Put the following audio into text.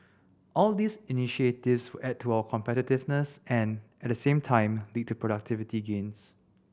all these initiatives will add to our competitiveness and at the same time lead to productivity gains